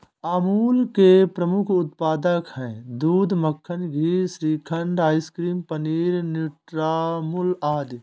अमूल के प्रमुख उत्पाद हैं दूध, मक्खन, घी, श्रीखंड, आइसक्रीम, पनीर, न्यूट्रामुल आदि